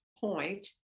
point